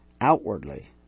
outwardly